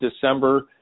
December